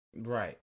Right